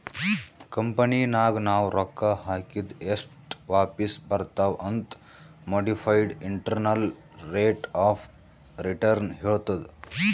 ಕಂಪನಿನಾಗ್ ನಾವ್ ರೊಕ್ಕಾ ಹಾಕಿದ್ ಎಸ್ಟ್ ವಾಪಿಸ್ ಬರ್ತಾವ್ ಅಂತ್ modified internal rate of return ಹೇಳ್ತುದ್